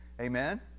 amen